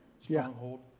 stronghold